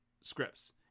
scripts